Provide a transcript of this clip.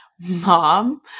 mom